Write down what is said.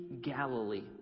Galilee